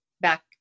back